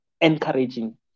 encouraging